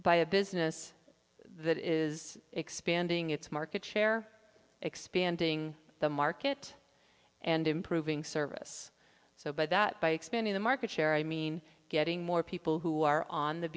by a business that is expanding its market share expanding the market and improving service so by that by expanding the market share i mean getting more people who are on the